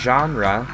Genre